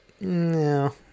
No